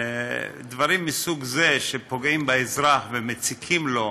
דברים מסוג זה פוגעים באזרח ומציקים לו,